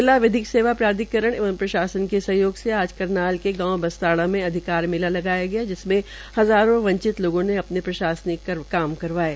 जिला विधिक सेवा प्राधिकरण एवं प्रशासन के सहयोग से आज करनाल के गांव बसताड़ा में अधिकार मेला लगाया गया जिसमें हजारों वंचित लोगों ने अपने प्राशसनिक कार्य करवायें